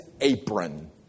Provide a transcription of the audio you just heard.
apron